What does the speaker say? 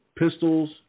Pistols